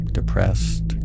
depressed